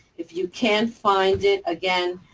if you can't find it, again,